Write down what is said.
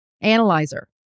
Analyzer